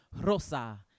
Rosa